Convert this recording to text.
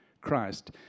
Christ